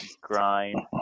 grind